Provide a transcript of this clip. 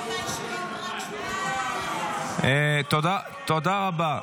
המסכם ------ תודה, תודה רבה.